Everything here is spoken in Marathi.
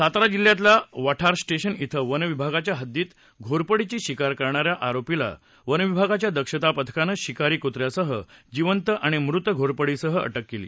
सातारा जिल्ह्यातल्या वाठारस्टेशन िक्व वन विभागाच्या हद्दीत घोरपडीची शिकार करणाऱ्या आरोपीला वनविभागाच्या दक्षता पथकानं शिकारी कुत्र्यासह जिवंत आणि मृत घोरपडीसह अटक केली